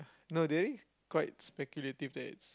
no already quite speculative that it's